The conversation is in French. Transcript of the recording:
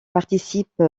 participe